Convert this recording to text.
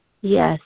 Yes